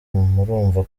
murumva